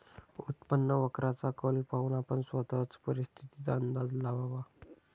उत्पन्न वक्राचा कल पाहून आपण स्वतःच परिस्थितीचा अंदाज लावावा